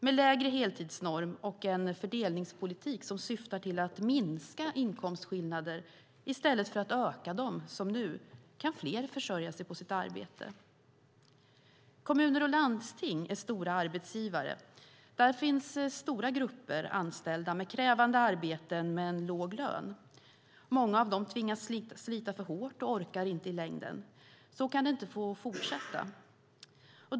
Med lägre heltidsnorm och en fördelningspolitik som syftar till att minska inkomstskillnader i stället för att öka dem, som nu, kan fler försörja sig på sitt arbete. Kommuner och landsting är stora arbetsgivare. Där finns stora grupper anställda med krävande arbeten och med en låg lön. Många av dem tvingas slita för hårt och orkar inte i längden. Så kan det inte få fortsätta.